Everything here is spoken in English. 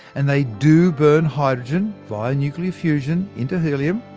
and they do burn hydrogen via nuclear fusion into helium.